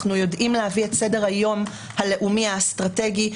אנחנו יודעים להביא את סדר היום הלאומי האסטרטגי.